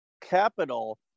capital